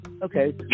Okay